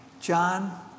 John